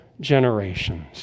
generations